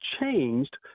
changed